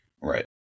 Right